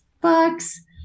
books